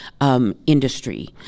industry